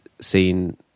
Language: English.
seen